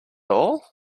all